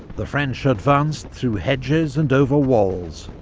the french advanced through hedges and over walls,